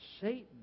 Satan